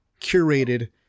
curated